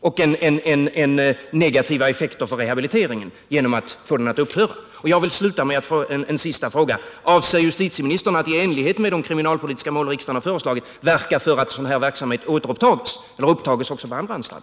och negativa effekter för rehabiliteringen. Jag vill sluta med en sista fråga: Avser justitieministern att i enlighet med de kriminalpolitiska mål som riksdagen har föreslagit verka för att sådan här verksamhet återupptas på Hinseberg eller upptas även på andra anstalter?